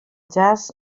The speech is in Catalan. jazz